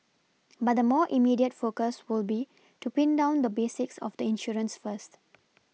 but the more immediate focus will be to Pin down the basics of the insurance first